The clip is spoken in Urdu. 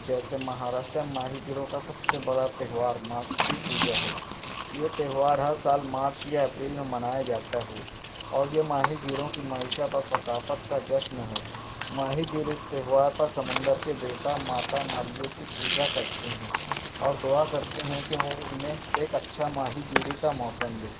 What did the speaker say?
جیسے مہاراشٹر میں ماہی گیروں کا سب سے بڑا تہوار ماتسی پوجا ہے یہ تہوار ہر سال مارچ یا اپریل میں منایا جاتا ہے اور یہ ماہی گیروں کی معیشت اور ثقافت کا جشن ہے ماہی گیر اس تہوار پر سمندر کے دیوتا ماتا مالویہ کی پوجا کرتے ہیں اور دعا کرتے ہیں کہ وہ انہیں ایک اچھا ماہی گیری کا موسم دے